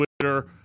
Twitter